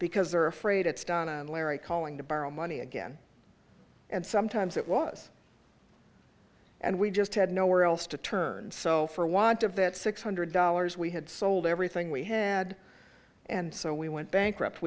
because they're afraid it's down and larry calling to borrow money again and sometimes that was and we just had nowhere else to turn so for want of that six hundred dollars we had sold everything we had and so we went bankrupt